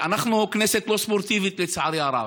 ואנחנו כנסת לא ספורטיבית, לצערי הרב.